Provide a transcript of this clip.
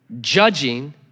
judging